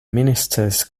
ministers